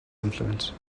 influence